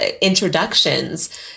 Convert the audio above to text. introductions